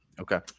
Okay